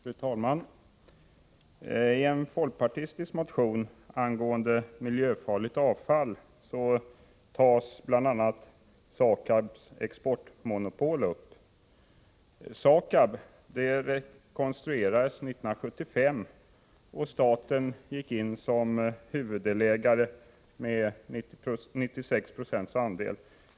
Fru talman! I en folkpartistisk motion angående miljöfarligt avfall tas bl.a. SAKAB:s exportmonopol upp. SAKAB rekonstruerades 1975, och staten gick in som huvuddelägare med 96 Zo andel.